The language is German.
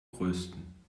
größten